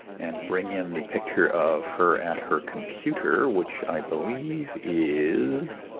and bring in the picture of her at her computer, which i believe is